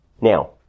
Now